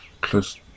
close